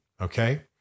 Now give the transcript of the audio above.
Okay